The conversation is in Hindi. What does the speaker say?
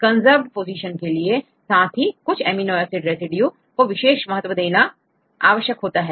कंजर्व्ड पोजीशन के लिए साथ ही कुछ अमीनो एसिड रेसिड्यू को विशेष महत्व देना आवश्यक होता है